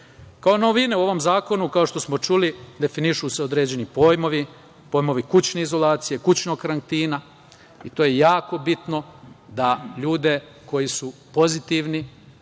novine u ovom zakonu, kao što smo čuli, definišu se određeni pojmovi, pojmovi kućne izolacije, kućnog karantina i to je jako bitno, da ljude koji su pozitivni,